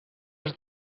els